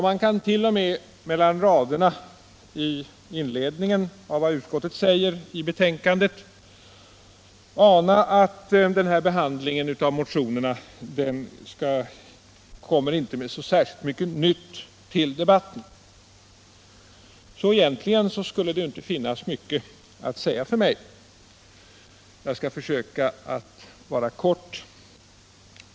Man kan t.o.m. mellan raderna i inledningen till vad utskottet säger i betänkandet ana att behandlingen av motionerna inte gav så särskilt mycket nytt. Så egentligen skulle det inte finnas mycket för mig att säga. Jag skall försöka fatta mig kort.